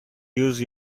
use